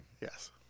Yes